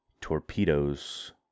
torpedoes